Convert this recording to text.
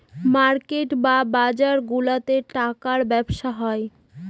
market বা বাজারগুলাতে টাকার ব্যবসা হয়